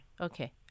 okay